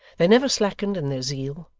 they never slackened in their zeal,